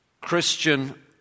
Christian